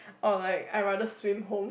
or like I rather swim home